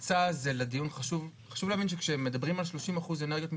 חשוב להבין שכשמדברים על 30% אנרגיות מתחדשות,